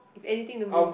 if anything don't goes